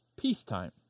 peacetime